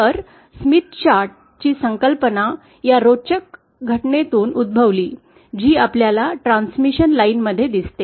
तरस्मिथ chart ची संकल्पना या रोचक घटनेतून उद्भवली जी आपल्याला ट्रान्समिशन लाइनमध्ये दिसते